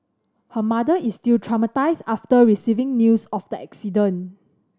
her mother is still traumatised after receiving news of the accident